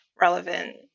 relevant